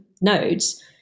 nodes